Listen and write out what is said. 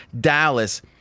Dallas